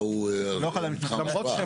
הוא נבנה אחרי החלטה של מה המתחם השפעה.